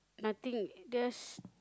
nothing the